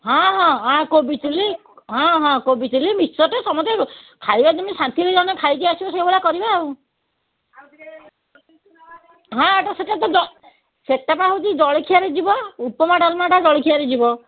ହଁ ହଁ ଆ କୋବି ଚିଲି ହଁ ହଁ କୋବି ଚିଲି ମିକ୍ସଚର୍ଟେ ସମସ୍ତେ ଖାଇବେ ଯେମିତି ଶାନ୍ତିରେ ଜଣେ ଖାଇକି ଆସିବ ସେଇଭଳିଆ କରିବା ଆଉ ହଁ ତ ସେଟା ହଁ ସେଟା ପା ହେଉଛି ଜଳଖିଆରେ ଯିବ ଉପମା ଡାଲ୍ମାଟା ଜଳିଖିଆରେ ଯିବ